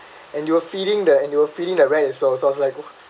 and they were feeding the and they were feeding that rat as well so I was like what